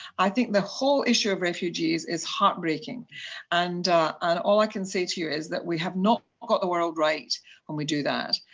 i think the whole issue of refugees is heartbreaking and and all i can say to you is that we have not got the world right when we do that.